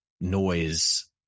noise